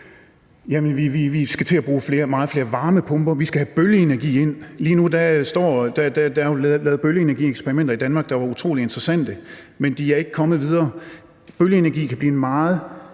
Vi skal til at bruge mange flere varmepumper, og vi skal have bølgeenergi ind. Der er jo lavet bølgeenergieksperimenter i Danmark, der er utrolig interessante, men de er ikke kommet videre. Bølgeenergi kan blive et meget